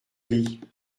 lit